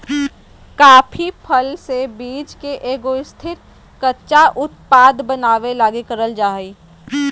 coffee फल से बीज के एगो स्थिर, कच्चा उत्पाद बनाबे लगी करल जा हइ